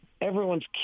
Everyone's